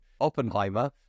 Oppenheimer